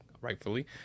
Rightfully